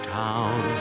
town